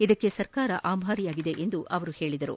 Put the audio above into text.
ಇದಕ್ಕೆ ಸರ್ಕಾರ ಆಭಾರಿಯಾಗಿದೆ ಎಂದು ತಿಳಿಸಿದರು